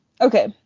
Okay